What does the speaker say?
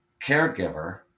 caregiver